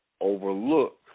overlook